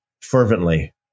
fervently